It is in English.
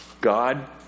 God